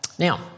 Now